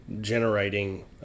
generating